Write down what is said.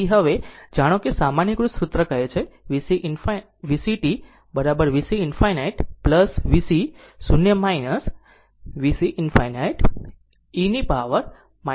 તેથી હવે જાણો કે સામાન્યીકૃત સૂત્ર કહે છે VCt VC ∞ VC 0 VC ∞ e ની પાવર t ભાગ્યા ટાઉ